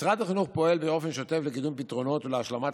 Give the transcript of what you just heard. משרד החינוך פועל באופן שוטף לקידום פתרונות ולהשלמת